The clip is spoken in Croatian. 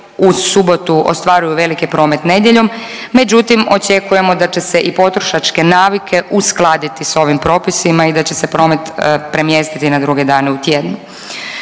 uz subotu ostvaruju veliki promet nedjeljom, međutim očekujemo da će se i potrošačke navike uskladiti sa ovim propisima i da će se promet premjestiti na druge dane u tjednu.